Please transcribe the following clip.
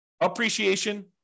appreciation